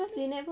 eh